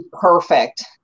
perfect